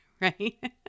right